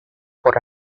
por